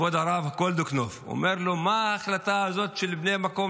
כבוד הרב גולדקנופ אומר לו: מה ההחלטה הזאת של בני המקום,